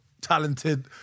talented